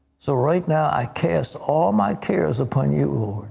so right now i cast all my cares upon you,